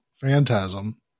Phantasm